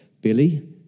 Billy